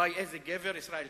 וואי, איזה גבר ישראל כץ,